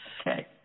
Okay